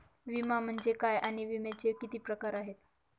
विमा म्हणजे काय आणि विम्याचे किती प्रकार आहेत?